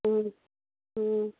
ꯎꯝ ꯎꯝ